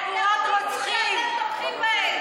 חבורת רוצחים.